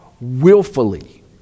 willfully